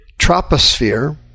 troposphere